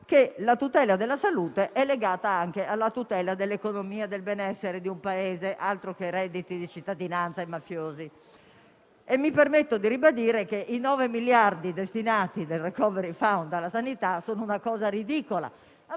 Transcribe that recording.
che la tutela della salute è legata anche alla tutela dell'economia e del benessere di un Paese: altro che redditi di cittadinanza ai mafiosi! E mi permetto di ribadire che i 9 miliardi destinati dal *recovery fund* alla sanità sono una cosa ridicola,